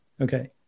okay